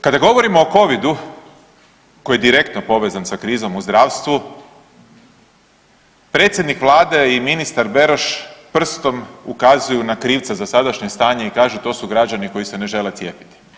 Kada govorimo o Covidu koji je direktno povezan sa krizom u zdravstvu predsjednik Vlade i ministar Beroš prstom ukazuju na krivca za sadašnje stanje i kažu to su građani koji se ne žele cijepiti.